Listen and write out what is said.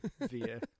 via